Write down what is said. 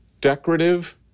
decorative